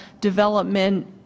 development